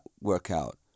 workout